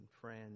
friends